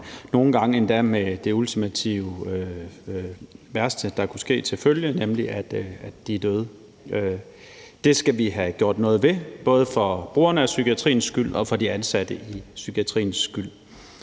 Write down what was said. nogle gange endda med det ultimativt værste til følge, nemlig at de er døde. Det skal vi have gjort noget ved, både for brugerne af psykiatriens skyld og for de ansatte i psykiatriens skyld.